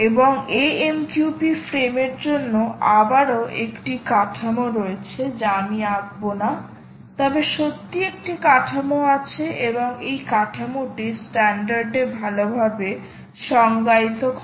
এবং AMQP ফ্রেমের জন্য আবারও একটি কাঠামো রয়েছে যা আমি আঁকব না তবে সত্যিই একটিকাঠামো আছে এবং এই কাঠামোটি স্ট্যান্ডার্ডে ভালভাবে সংজ্ঞায়িত হয়